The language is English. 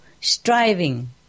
striving